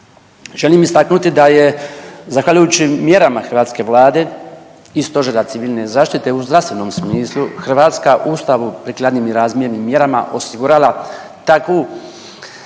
Želim istaknuti da je zahvaljujući mjerama hrvatske Vlade i Stožera civilne zaštite u zdravstvenom smislu Hrvatska u ustavu prikladnim i razmjernim mjerama osigurala takve